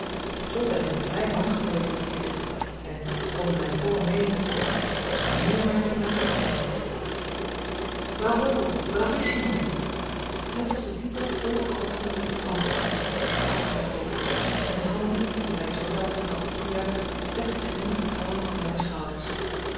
zoo ben ik nu vrij man gebleven tot hiertoe en om u mijne volle meening te zeggen dat is mij meer waard dan mijn adeldom bravo bravissimo het was de diepe volle altstem van francis die zich achter mij hooren liet en de handen die mij zoo dapper hadden toegejuicht legden zich nu vertrouwelijk op mijne schouders